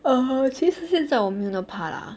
uh 其实现在我没有那么怕 lah